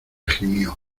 gimió